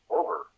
over